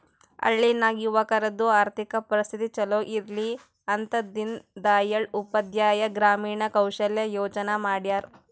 ಹಳ್ಳಿ ನಾಗ್ ಯುವಕರದು ಆರ್ಥಿಕ ಪರಿಸ್ಥಿತಿ ಛಲೋ ಇರ್ಲಿ ಅಂತ ದೀನ್ ದಯಾಳ್ ಉಪಾಧ್ಯಾಯ ಗ್ರಾಮೀಣ ಕೌಶಲ್ಯ ಯೋಜನಾ ಮಾಡ್ಯಾರ್